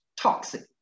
toxic